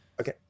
okay